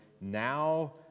Now